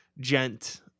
gent